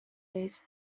ees